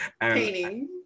painting